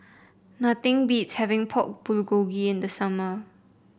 nothing beats having Pork Bulgogi in the summer